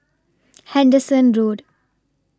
Henderson Road